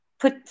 put